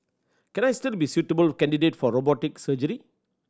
can I still be suitable candidate for robotic surgery